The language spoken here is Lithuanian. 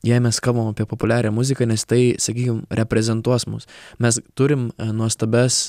jei mes kalbam apie populiarią muziką nes tai sakykim reprezentuos mus mes turim nuostabias